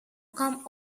come